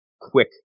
quick